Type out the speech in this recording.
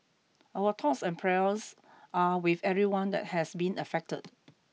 our thoughts and prayers are with everyone that has been affected